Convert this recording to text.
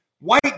white